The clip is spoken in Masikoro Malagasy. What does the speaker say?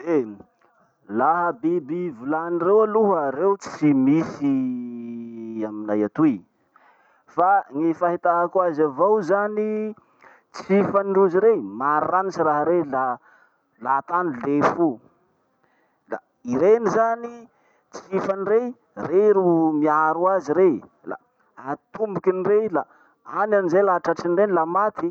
Eh! Laha biby volany reo aloha, reo tsy misy aminay atoy. Fa gny fahitako azy avao zany, tsifany rozy rey, maranitsy raha rey la, la ataony lefo o. Da ireny zany, tsifany rey, rey ro miaro azy rey. La atombokiny rey la any anizay laha tratriny rey la maty.